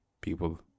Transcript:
people